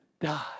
die